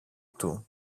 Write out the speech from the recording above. του